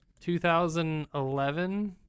2011